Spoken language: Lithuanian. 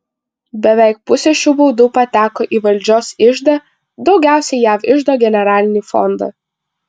beveik pusė šių baudų pateko į valdžios iždą daugiausiai jav iždo generalinį fondą